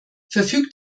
verfügt